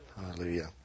Hallelujah